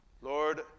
Lord